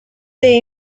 they